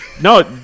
No